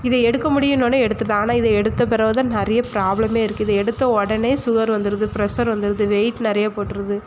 இதை எடுக்க முடியுன்னோன்னே எடுத்துடுதா ஆனால் இதை எடுத்த பிறவு தான் நிறைய ப்ராபளமே இருக்குது எடுத்த உடனே சுகர் வந்துருது ப்ரெஷ்ஷர் வந்துருது வெயிட் நிறைய போட்டுருது